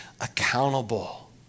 accountable